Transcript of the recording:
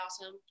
awesome